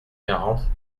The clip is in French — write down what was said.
quarante